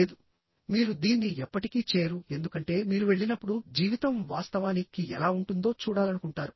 లేదు మీరు దీన్ని ఎప్పటికీ చేయరు ఎందుకంటే మీరు వెళ్ళినప్పుడు జీవితం వాస్తవాని కి ఎలా ఉంటుందో చూడాలనుకుంటారు